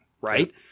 Right